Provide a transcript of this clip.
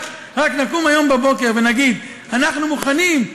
רק נקום היום בבוקר ונגיד: אנחנו מוכנים,